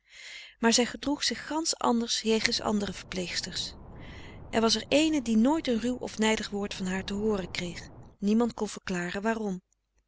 maar zij gedroeg zich gansch anders jegens andere verpleegsters er was er ééne die nooit een ruw of nijdig woord van haar te hooren kreeg niemand kon verklaren waarom